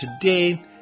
today